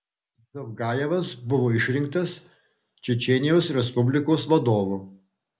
zavgajevas buvo išrinktas čečėnijos respublikos vadovu